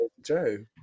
Joe